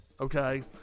Okay